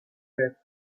death